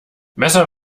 messer